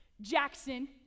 Jackson